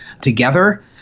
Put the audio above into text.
together